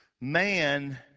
Man